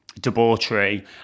debauchery